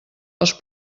als